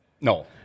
No